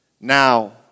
Now